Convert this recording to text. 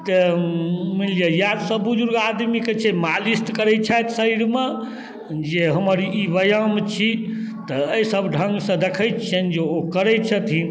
तऽ मानि लिअऽ इएहसब बुजुर्ग आदमीके छै मालिश तऽ करै छथि शरीरमे जे हमर ई व्यायाम छी तऽ एहिसब ढङ्गसँ देखै छिअनि जे ओ करै छथिन